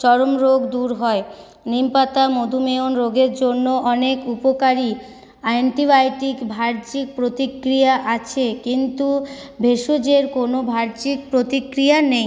চর্মরোগ দূর হয় নিম পাতা মধুমেহ রোগের জন্য অনেক উপকারী অ্যান্টিবায়োটিক বাহ্যিক প্রতিক্রিয়া আছে কিন্তু ভেষজের কোনো বাহ্যিক প্রতিক্রিয়া নেই